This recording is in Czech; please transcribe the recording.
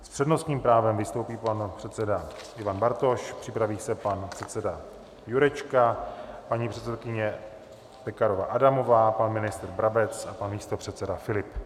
S přednostním právem vystoupí pan předseda Ivan Bartoš, připraví se pan předseda Jurečka, paní předsedkyně Pekarová Adamová, pan ministr Brabec a pan místopředseda Filip.